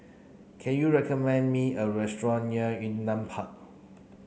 can you recommend me a restaurant near Yunnan Park